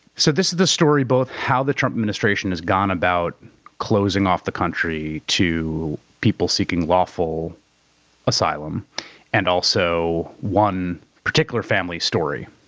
so this is the story both how the trump administration has gone about closing off the country to people seeking lawful asylum and also one particular family's story.